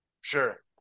Sure